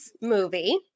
movie